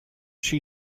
she